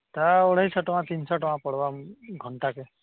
ହେଟା ଅଢ଼େଇଶହ ଟଙ୍ଗା ତିନିଶହ ଟଙ୍ଗା ପଡ଼୍ବା ଘଣ୍ଟାକେ